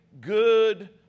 good